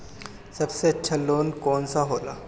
सबसे अच्छा लोन कौन सा होला?